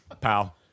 pal